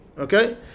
okay